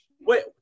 Wait